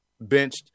benched